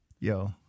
Yo